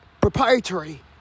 proprietary